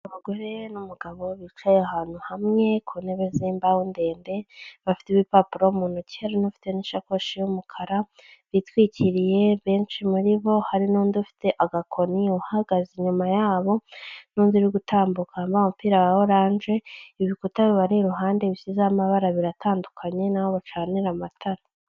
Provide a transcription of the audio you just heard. Abagore n'umugabo bicaye ahantu hamwe ku ntebe z'imbaho ndende, bafite ibipapuro mu ntoki, hari n'ufite n'ishakoshi y'umukara, bitwikiriye, benshi muri bo hari n'undi ufite agakoni uhagaze inyuma yabo n'undi uri gutambuka wambaye umupira wa orange, ibikuta bibari iruhande bisizeho amabara biratandukanye n'aho bacanira amatara.